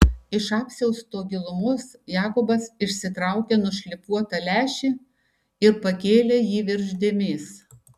iš apsiausto gilumos jakobas išsitraukė nušlifuotą lęšį ir pakėlė jį virš dėmės